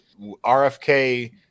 RFK